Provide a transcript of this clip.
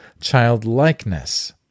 childlikeness